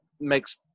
makes